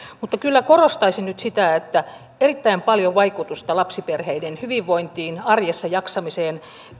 mutta kyllä korostaisin nyt sitä että erittäin paljon vaikutusta lapsiperheiden hyvinvointiin arjessa jaksamiseen